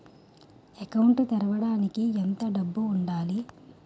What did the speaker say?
Account తెరవడానికి ఎంత డబ్బు ఉండాలి?